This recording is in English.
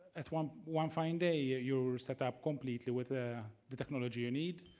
at one one fine day ah you are set up completely with ah the technology you need.